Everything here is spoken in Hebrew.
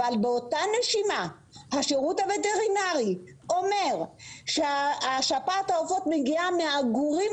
אבל באותה נשימה השירות הווטרינרי אומר ששפעת העופות מגיעה מהעגורים